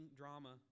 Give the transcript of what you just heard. drama